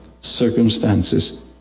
circumstances